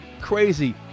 crazy